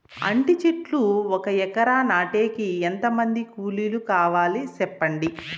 అంటి చెట్లు ఒక ఎకరా నాటేకి ఎంత మంది కూలీలు కావాలి? సెప్పండి?